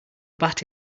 bat